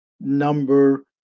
number